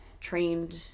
trained